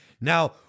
now